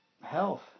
health